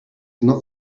not